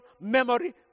memory